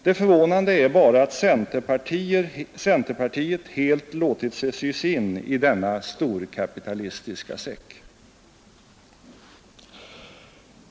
Det förvånande är bara att centerpartiet helt låtit sig sys in i denna storkapitalistiska säck.